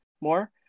more